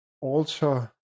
alter